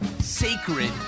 sacred